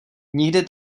nikdy